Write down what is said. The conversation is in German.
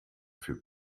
für